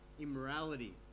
immorality